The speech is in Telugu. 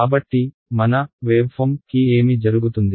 కాబట్టి మన తరంగ రూపాని కి ఏమి జరుగుతుంది